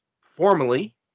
formally